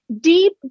deep